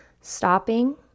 Stopping